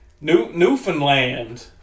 Newfoundland